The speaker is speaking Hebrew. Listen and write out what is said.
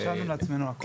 רשמנו לעצמנו הכול.